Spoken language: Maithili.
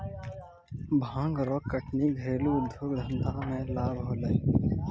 भांग रो कटनी घरेलू उद्यौग धंधा मे लाभ होलै